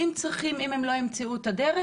אם הם לא ימצאו את הדרך,